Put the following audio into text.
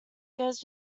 goes